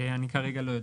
אני כרגע לא יודע.